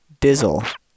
Dizzle